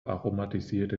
aromatisierte